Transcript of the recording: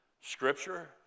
scripture